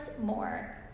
more